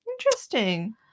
interesting